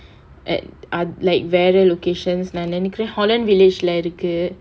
at uh like various locations நான் நினைக்குறேன்:naan ninaikkuraen holland village lah இருக்கு:irukku